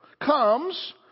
comes